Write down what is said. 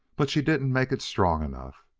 but she didn't make it strong enough.